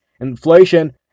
inflation